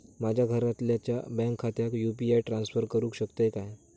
माझ्या घरातल्याच्या बँक खात्यात यू.पी.आय ट्रान्स्फर करुक शकतय काय?